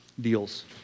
deals